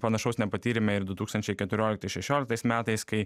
panašaus nepatyrėme ir du tūkstančiai keturioliktais šešioliktais metais kai